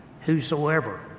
Whosoever